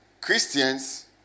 Christians